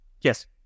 Yes